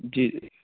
جی جی